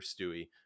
Stewie